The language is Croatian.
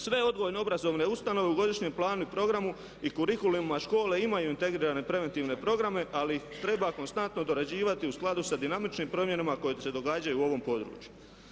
Sve odgojno-obrazovne ustanove u godišnjem planu i programu i kurikulumima škole imaju integrirane preventivne programe ali ih treba konstantno dorađivati u skladu sa dinamičnim promjenama koje se događaju u ovom području.